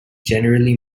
generally